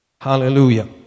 Hallelujah